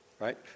right